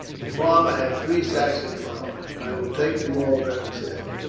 the farmer had three sacks of flour. i will take them all, beric said,